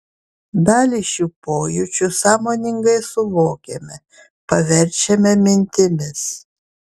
dalį šių pojūčių sąmoningai suvokiame paverčiame mintimis